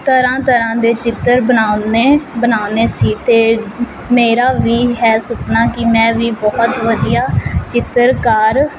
ਤਰ੍ਹਾਂ ਤਰ੍ਹਾਂ ਦੇ ਚਿੱਤਰ ਬਣਾਉਣੇ ਬਣਾਉਣੇ ਸੀ ਅਤੇ ਮੇਰਾ ਵੀ ਹੈ ਸੁਪਨਾ ਕਿ ਮੈਂ ਵੀ ਬਹੁਤ ਵਧੀਆ ਚਿੱਤਰਕਾਰ